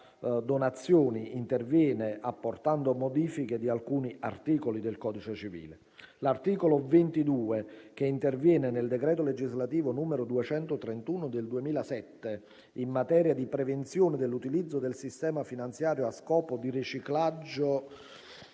donazioni interviene apportando modifiche ad alcuni articoli del codice civile; - l’articolo 22, che interviene nel decreto legislativo n. 231 del 2007 (in materia di prevenzione dell’utilizzo del sistema finanziario a scopo di riciclaggio